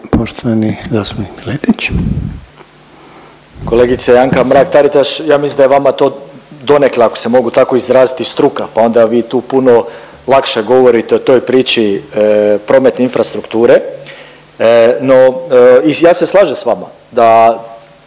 Marin (MOST)** Kolegice Anka Mrak-Taritaš ja mislim da je vama to donekle, ako se mogu tako izraziti struka, pa onda vi tu puno lakše govorite o toj priči prometne infrastrukture. No i ja se slažem s vama da